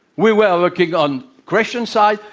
we were working on christian side,